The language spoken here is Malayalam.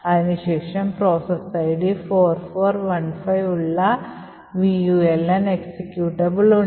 അതിനുശേഷം പ്രോസസ് ID 4415 ഉള്ള vuln എക്സിക്യൂട്ടബിൾ ഉണ്ട്